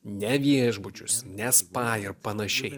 ne viešbučius ne spa ir panašiai